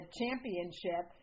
championship